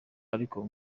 ariko